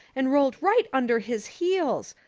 and rolled right under his heels.